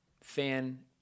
fan